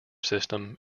system